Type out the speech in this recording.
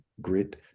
grit